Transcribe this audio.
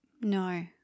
No